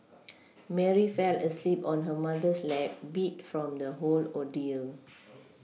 Mary fell asleep on her mother's lap beat from the whole ordeal